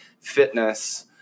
fitness